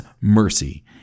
mercy